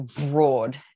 broad